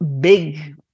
big